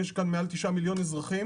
יש כאן מעל תשעה מיליון אזרחים